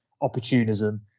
opportunism